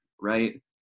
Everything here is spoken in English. right